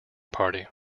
party